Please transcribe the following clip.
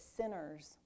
sinners